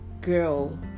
girl